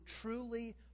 truly